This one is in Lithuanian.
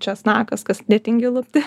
česnakas kas netingi lupti